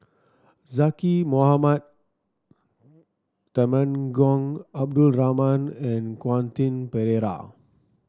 Zaqy Mohamad Temenggong Abdul Rahman and Quentin Pereira